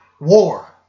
war